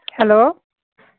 hello